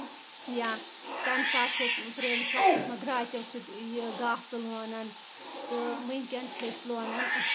یا تَمہِ ساتہٕ چھِ پرٲنِس وقتَس منٛز درٛاتٮ۪و یہِ گاسہٕ لونان تہٕ وٕنکؠن چھِ أسۍ لونان